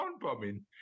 bombing